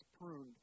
pruned